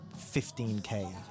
15K